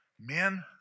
Men